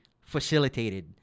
facilitated